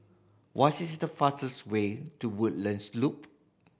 what is the fastest way to Woodlands Loop